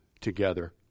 together